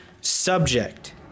subject